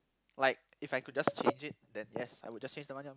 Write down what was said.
like if I could just change it then yes I would just change the money lah